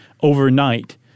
overnight